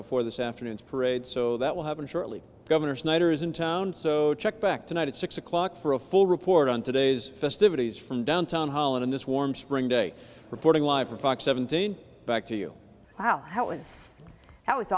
before this afternoon's parade so that will happen shortly governor snyder is in town so check back tonight at six o'clock for a full report on today's festivities from down town hall in this warm spring day reporting live for fox seventeen back to you how it is how it's